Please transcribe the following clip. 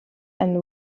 and